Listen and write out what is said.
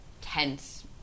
tense